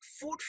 food